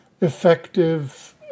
effective